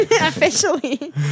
Officially